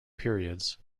periods